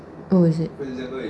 oo is it